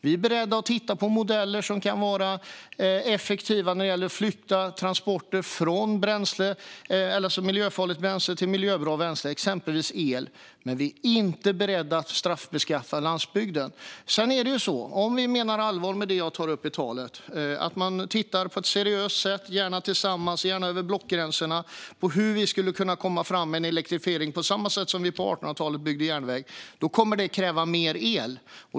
Vi är beredda att titta på modeller som kan vara effektiva när det gäller att flytta från transporter med miljöfarligt bränsle till transporter med miljöbra bränsle, exempelvis el. Men vi är inte beredda att straffbeskatta landsbygden. Om vi menar allvar med det som jag tar upp i mitt anförande, alltså att man på ett seriöst sätt - gärna tillsammans och gärna över blockgränserna - tittar på hur vi skulle kunna komma framåt med en elektrifiering, på samma sätt som vi på 1800-talet byggde järnväg kommer det att krävas mer el.